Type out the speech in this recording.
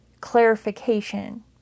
clarification